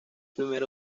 primer